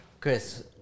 Chris